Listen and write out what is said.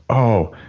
oh.